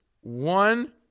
One